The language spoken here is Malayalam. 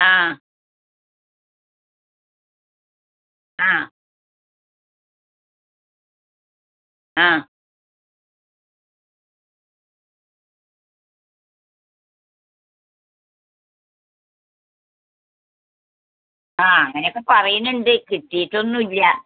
ആ ആ ആ ആ അങ്ങനെയൊക്കെ പറയുന്നുണ്ട് കിട്ടിയിട്ടൊന്നും ഇല്ല